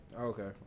Okay